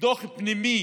דוח פנימי